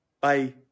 Bye